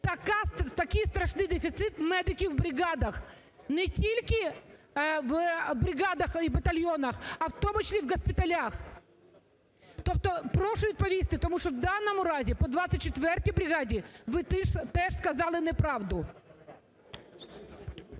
такий страшний дефіцит медиків у бригадах? Не тільки в бригадах, а й батальйонах, а в тому числі в госпіталях. Тобто прошу відповісти, тому що в даному разі по 24-й бригаді ви теж сказали неправду.